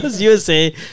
USA